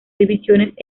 divisiones